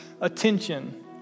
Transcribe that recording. attention